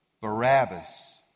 Barabbas